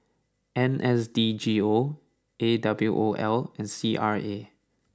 N S D G O A W O L and C R A